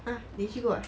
!huh! 你去过 ah